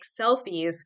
selfies